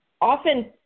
often